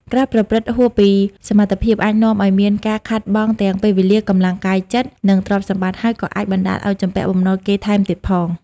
ការប្រព្រឹត្តហួសពីសមត្ថភាព អាចនាំឲ្យមានការខាតបង់ទាំងពេលវេលា កម្លាំងកាយចិត្ត និងទ្រព្យសម្បត្តិ ហើយក៏អាចបណ្ដាលឲ្យជំពាក់បំណុលគេថែមទៀតផង។